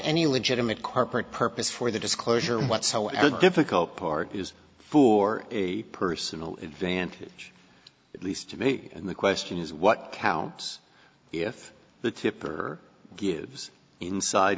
any legitimate corporate purpose for the disclosure whatsoever difficult part is for a personal advantage at least to me and the question is what counts if the tipper gives inside